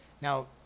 Now